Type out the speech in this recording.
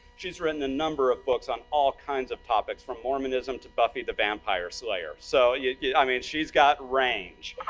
she's written a number of books on all kinds of topics, from mormonism to buffy the vampire slayer. so yeah i mean, she's got range.